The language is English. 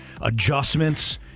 adjustments